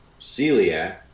celiac